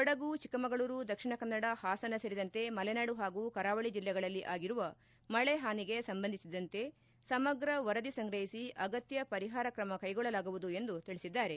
ಕೊಡಗು ಚಿಕ್ಕಮಗಳೂರು ದಕ್ಷಿಣಕನ್ನಡ ಹಾಸನ ಸೇರಿದಂತೆ ಮಲೆನಾಡು ಹಾಗೂ ಕರಾವಳಿ ಜಿಲ್ಲೆಗಳಲ್ಲಿ ಆಗಿರುವ ಮಳೆ ಹಾನಿಗೆ ಸಂಬಂಧಿಸಿದಂತೆ ಸಮಗ್ರ ವರದಿ ಸಂಗ್ರಹಿಸಿ ಅಗತ್ತ ಪರಿಹಾರ ಕ್ರಮ ಕೈಗೊಳ್ಳಲಾಗುವುದು ಎಂದು ತಿಳಿಸಿದ್ದಾರೆ